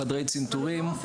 חדרי צנתורים -- אבל הוא לא רופא